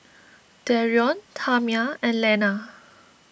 Darrion Tamia and Lenna